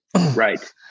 Right